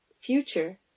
future